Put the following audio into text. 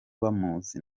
bamuzi